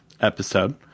episode